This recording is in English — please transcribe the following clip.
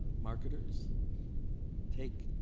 marketers take,